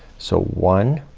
so one,